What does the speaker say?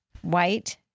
white